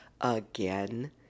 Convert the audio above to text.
again